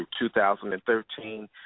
2013